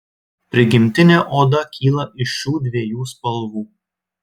prigimtinė oda kyla iš šiu dviejų spalvų